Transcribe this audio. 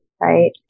right